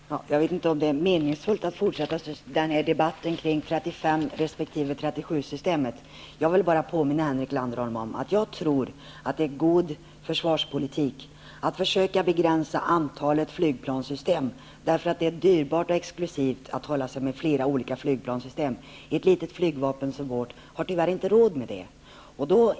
Herr talman! Jag vet inte om det är meningsfullt att fortsätta den här diskussionen om 35 resp. 37 systemet. Jag vill bara påminna Henrik Landerholm om att enligt min mening är det god försvarspolitik att försöka begränsa antalet flygplanssystem. Det är dyrbart och exklusivt att hålla sig med flera olika system. Ett litet flygvapen som vårt har tyvärr inte råd med det.